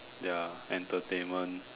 their entertainment